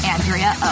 Andrea